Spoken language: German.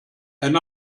ein